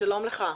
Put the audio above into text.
שלום לך,